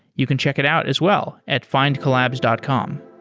you can check it out as well at findcollabs dot com